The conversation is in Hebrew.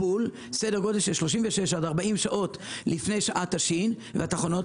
לכן סדר גודל של 36 עד 40 שעות לפני שעת השי"ן והתחנות